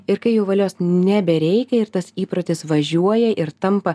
ir kai jau valios nebereikia ir tas įprotis važiuoja ir tampa